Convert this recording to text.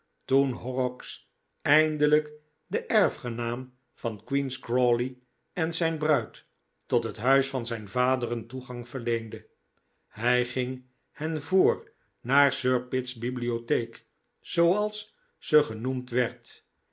toen horrocks eindelijk den erfgenaam van queen's crawley en zijn bruid tot het huis van zijn vaderen toegang verleende hij ging hen voor naar sir pitt's bibliotheek zooals ze genoemd werd